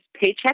paycheck